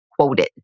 quoted